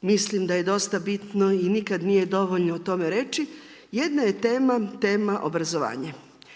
mislim da je dosta bitno i nikad nije dovoljno toga reći, jedna je tema, tema obrazovanja.